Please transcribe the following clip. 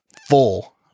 full